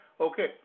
Okay